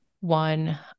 one